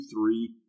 three